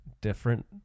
different